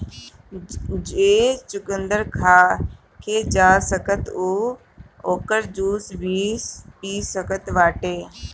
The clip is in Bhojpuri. जे चुकंदर नईखे खा सकत उ ओकर जूस पी सकत बाटे